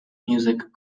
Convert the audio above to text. music